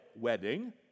wedding